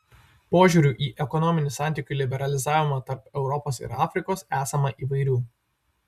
požiūrių į ekonominių santykių liberalizavimą tarp europos ir afrikos esama įvairių